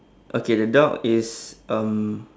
okay the dog is um